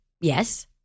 yes